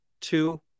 two